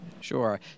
Sure